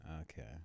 Okay